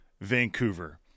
Vancouver